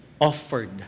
offered